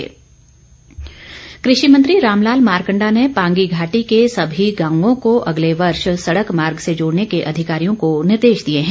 कृषि मंत्री कृषि मंत्री रामलाल मारकंडा ने पांगी घाटी के सभी गांवों को अगले वर्ष तक सड़क मार्ग से जोड़ने के अधिकारियों को निर्देश दिए हैं